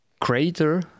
crater